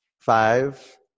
Five